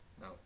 No